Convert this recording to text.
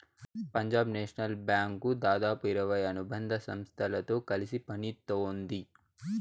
Punjab national bank దాదాపు ఇరవై అనుబంధ సంస్థలతో కలిసి పనిత్తోంది